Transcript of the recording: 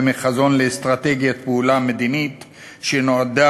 ומחזון לאסטרטגיית פעולה מדינית שנועדה